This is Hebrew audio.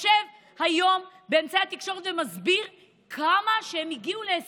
יושב היום באמצעי התקשורת ומסביר כמה שהם הגיעו להישגים,